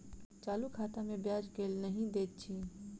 चालू खाता मे ब्याज केल नहि दैत अछि